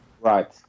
Right